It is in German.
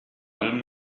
allem